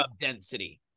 density